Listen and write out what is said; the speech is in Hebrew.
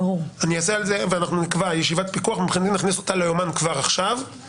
אנחנו נקבע ישיבת פיקוח ומוכנים להכניס אותה ליומן כבר עכשיו.